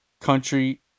Country